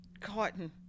Cotton